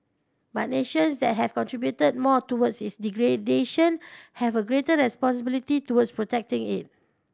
but nations that have contributed more towards its degradation have a greater responsibility towards protecting it